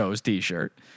T-shirt